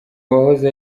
uwahoze